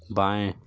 बाएँ